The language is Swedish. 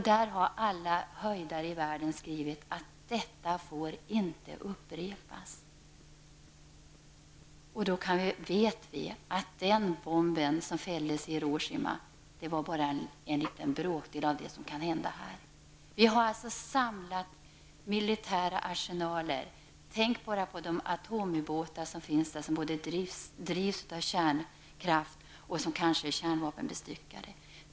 Där har alla höjdare i världen skrivit: Detta får inte upprepas. Vi vet att verkan av den bomb som fälldes i Hiroshima var bara en bråkdel av vad som kan hända i det nu aktuella området. Man har där samlat stora militära arsenaler. Tänk bara på de atomubåtar som finns där och som både drivs av kärnkraft och kanske är kärnvapenbestyckade!